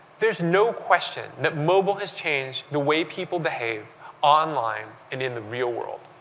there's no question that mobile has changed the way people behave online and in the real world.